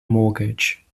mortgage